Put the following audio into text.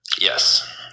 Yes